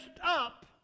up